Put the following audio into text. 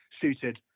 Suited